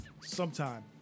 Sometime